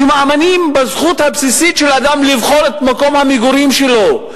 שמאמינים בזכות הבסיסית של אדם לבחור את מקום המגורים שלו,